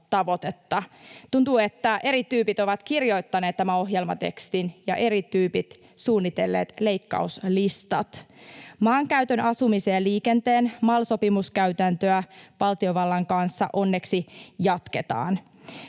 Tuntuu, että eri tyypit ovat kirjoittaneet ohjelmatekstin ja eri tyypit suunnitelleet leikkauslistat. Maankäytön, asumisen ja liikenteen MAL-sopimuskäytäntöä valtiovallan kanssa onneksi jatketaan.